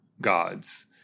gods